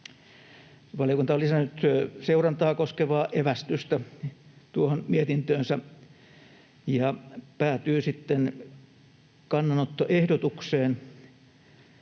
Valiokunta on lisännyt seurantaa koskevaa evästystä mietintöönsä ja päätyy sitten kannanottoehdotukseen: